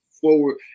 forward